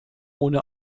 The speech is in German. ohne